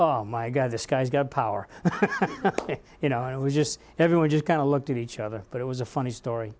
oh my god this guy's got power you know it was just everyone just kind of looked at each other but it was a funny story